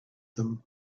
them